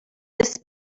this